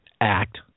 act